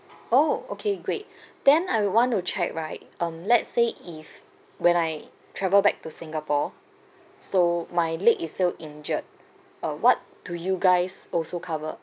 oh okay great then I want to check right um let's say if when I travel back to singapore so my leg is still injured uh what do you guys also cover